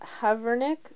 Havernick